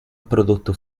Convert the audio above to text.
prodotto